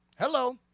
hello